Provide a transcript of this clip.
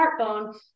smartphone